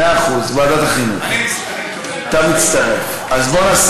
נו, זו הצעה לסדר, מעבירים לוועדה.